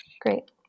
Great